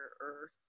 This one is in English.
earth